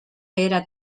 era